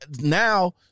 now